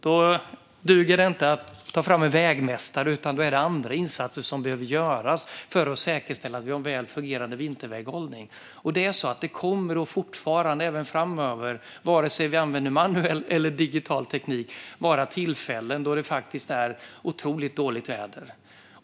Då duger det inte att ta fram en vägmästare, utan då måste andra insatser göras för att säkerställa en väl fungerande vinterväghållning. Oavsett om vi använder manuell eller digital teknik kommer det även framöver tillfällen då vädret är otroligt dåligt.